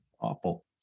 Awful